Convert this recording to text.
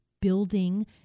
building